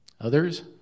Others